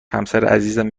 همسرعزیزم